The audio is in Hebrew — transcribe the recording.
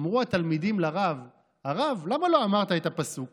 אמרו התלמידים לרב: הרב, למה לא אמרת את הפסוק